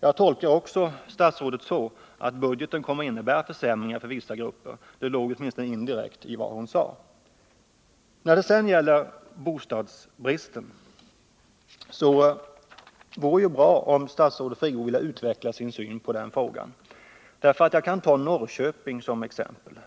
Jag tolkar statsrådet Friggebos uttalanden så, att budgeten kommer att innebära försämringar för vissa grupper. Detta låg åtminstone indirekt i vad hon sade. Beträffande bostadsbristen tycker jag att det vore bra om statsrådet Friggebo ville utveckla sin syn. Jag kan ta Norrköping som exempel.